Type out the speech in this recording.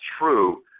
true